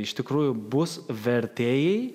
iš tikrųjų bus vertėjai